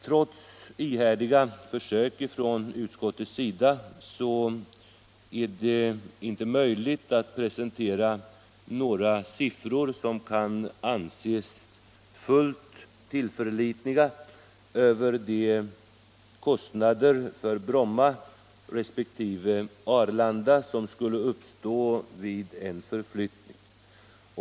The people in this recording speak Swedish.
Trots ihärdiga försök från utskottets sida är det inte möjligt att presentera några siffror som kan anses fullt tillförlitliga över de kostnader för Bromma resp. Arlanda som skulle uppstå vid en förflyttning.